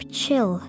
chill